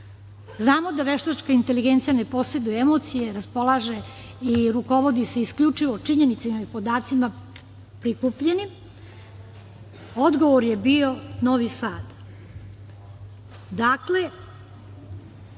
Znamo da veštačka inteligencija ne poseduje emocije, raspolaže i rukovodi se isključivo činjenicama i podacima prikupljenim, odgovor je bio Novi